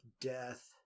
death